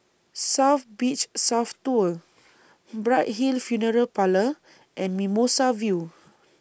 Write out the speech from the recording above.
South Beach South Tower Bright Hill Funeral Parlour and Mimosa View